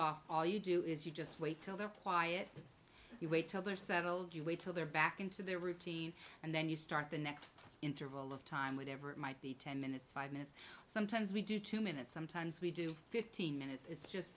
off all you do is you just wait till they're playa you wait till they're settled you wait till they're back into their routine and then you start the next interval of time with every ten minutes five minutes sometimes we do two minutes sometimes we do fifteen minutes is just